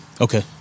Okay